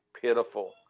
pitiful